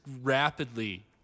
rapidly